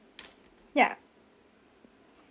yup